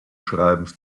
schreibens